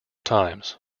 times